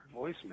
voicemail